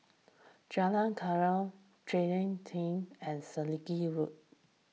Jalan Chegar Jalan Pelatina and Selegie Road